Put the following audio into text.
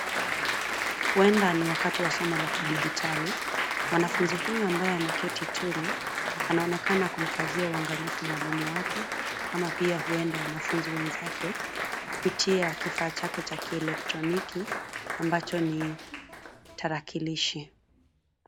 Huenda ni wakati wa somo la kidijitali, mwanafunzi huyu ambaye ameketi tuli anaonekana kumkazia uangalifu mwalimu wake ama pia huenda wanafunzi wenzake kupitia kifaa chake cha kieletroniki ambacho ni tarakilishi.